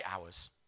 hours